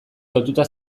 lotuta